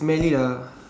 smelly ah